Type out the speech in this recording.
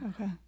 Okay